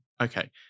okay